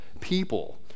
people